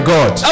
God